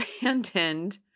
abandoned